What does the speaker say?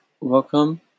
Welcome